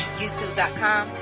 youtube.com